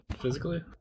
physically